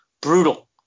Brutal